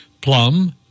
plum